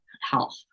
health